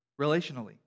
Relationally